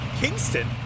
Kingston